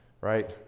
Right